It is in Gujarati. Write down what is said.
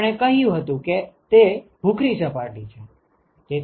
આપણે કહ્યું હતું કે તે ભૂખરી સપાટી છે